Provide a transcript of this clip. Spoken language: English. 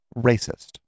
racist